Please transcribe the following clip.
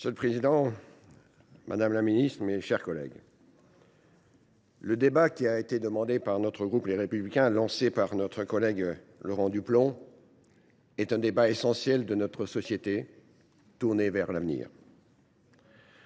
Monsieur le président, madame la ministre, mes chers collègues, le débat demandé par notre groupe Les Républicains, lancé par notre collègue Laurent Duplomb, est un débat essentiel pour toute société qui, comme la